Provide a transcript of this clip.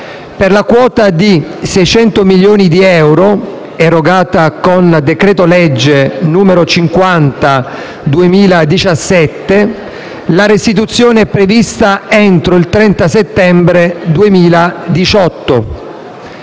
per la quota di 600 milioni di euro, erogata con decreto-legge n. 50 del 2017, la restituzione è prevista entro il 30 settembre 2018,